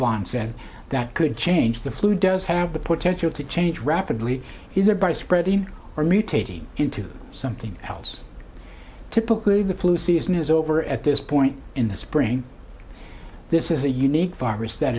said that could change the flu does have the potential to change rapidly either by spreading or mutating into something else typically the flu season is over at this point in the spring this is a unique virus that